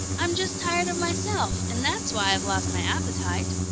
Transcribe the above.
i'm just tired of myself, and that's why i've lost my appetite.